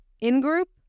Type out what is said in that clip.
In-group